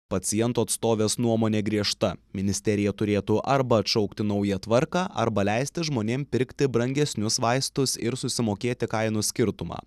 paciento atstovės nuomonė griežta ministerija turėtų arba atšaukti naują tvarką arba leisti žmonėm pirkti brangesnius vaistus ir susimokėti kainų skirtumą